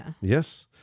Yes